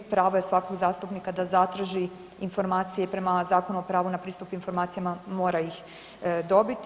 Pravo je svakog zastupnika da zatraži informacije prema Zakonu o pravu na pristup informacijama, mora ih dobiti.